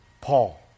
Paul